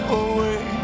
away